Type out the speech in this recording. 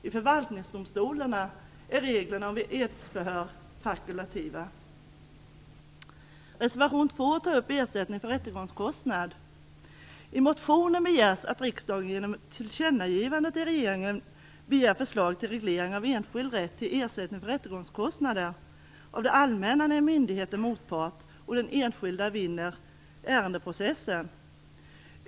I förvaltningsdomstolarna är reglerna om edsförhör fakultativa. I motionen begärs att riksdagen genom ett tillkännagivande till regeringen skall begära förslag till reglering av enskilds rätt till ersättning för rättegångskostnader av det allmänna när en myndighet är motpart och den enskilde vinner ärendeprocessen.